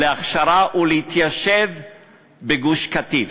להכשרה ולהתיישבות בגוש-קטיף.